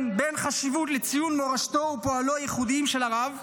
בין חשיבות ציון מורשתו ופועלו הייחודיים של הרב,